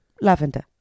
lavender